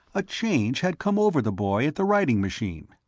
a change had come over the boy at the writing machine.